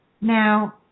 Now